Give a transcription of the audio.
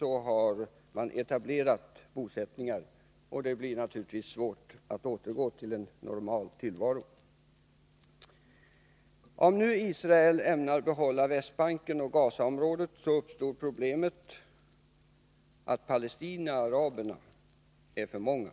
har man etablerat bosättningar, och det blir naturligtvis svårt för dessa människor att flytta. Om nu Israel ämnar behålla Västbanken och Gazaområdet uppstår problemet att palestinaaraberna är för många.